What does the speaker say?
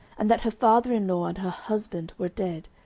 and that her father in law and her husband were dead,